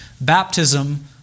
Baptism